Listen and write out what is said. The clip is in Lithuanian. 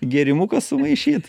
gėrimuką sumaišyt